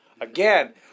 Again